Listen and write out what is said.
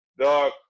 Dog